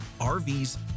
RVs